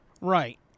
Right